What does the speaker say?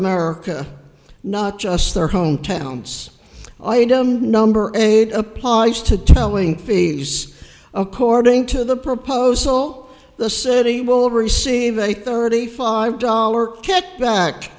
america not just their hometowns item number eight applies to telling thieves according to the proposal the city will receive a thirty five dollars k